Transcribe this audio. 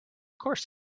course